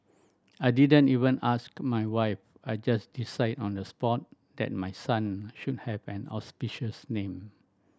I didn't even ask my wife I just decided on the spot that my son should have an auspicious name